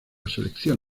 selección